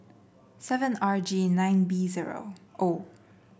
seven R G nine B zero O